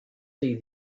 see